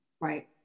Right